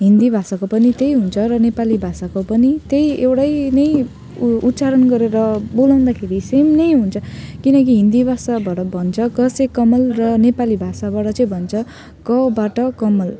हिन्दी भाषाको पनि त्यही हुन्छ र नेपाली भाषाको पनि त्यही एउटै नै उ उच्चारण गरेर बोलाउँदाखेरि सेम नै हुन्छ किनकि हिन्दी भाषाबाट भन्छ क से कमल र नेपाली भाषाबाट चाहिँ भन्छ कबाट कमल